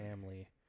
family